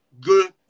good